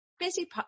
Busy